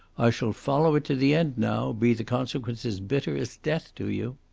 i shall follow it to the end now, be the consequences bitter as death to you.